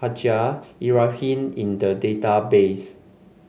Haj Ibrahim in the database